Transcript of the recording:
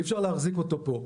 אי אפשר להחזיק אותו פה.